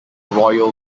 royal